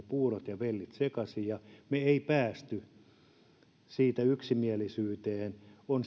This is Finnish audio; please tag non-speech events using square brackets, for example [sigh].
[unintelligible] puurot ja vellit sekaisin ja emme päässeet siitä yksimielisyyteen